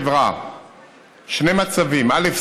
שני מצבים: א.